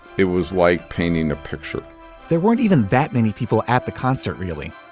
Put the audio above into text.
it was like painting a picture there weren't even that many people at the concert, really.